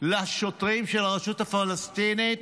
לשוטרים של הרשות הפלסטינית,